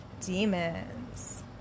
demons